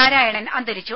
നാരായണൻ അന്തരിച്ചു